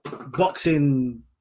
boxing